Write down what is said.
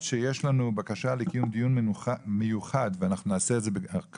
למרות שיש לנו בקשה לקיום דיון מיוחד על